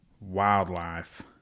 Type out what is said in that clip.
Wildlife